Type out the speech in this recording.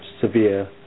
severe